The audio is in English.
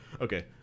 Okay